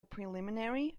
preliminary